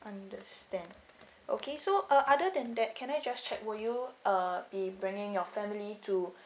understand okay so uh other than that can I just check will you uh be bringing your family to